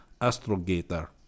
astrogator